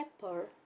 Pepper